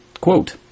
Quote